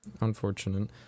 unfortunate